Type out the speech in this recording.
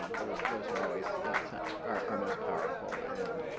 those those are always our most powerful and